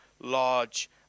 large